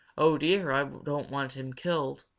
oh dear, i don't want him killed,